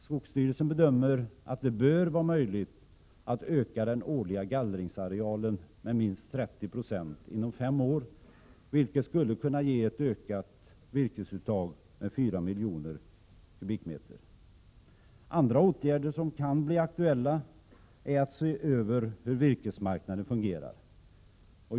Skogsstyrelsen bedömer att det bör vara möjligt att öka den årliga gallringsarealen med minst 30 2 inom fem år, vilket skulle ge ett ökat virkesuttag med 4 miljoner kubikmeter. En annan åtgärd som kan bli aktuell är att se över hur virkesmarknaden fungerar.